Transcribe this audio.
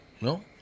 no